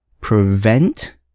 prevent